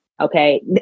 Okay